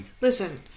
Listen